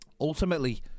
ultimately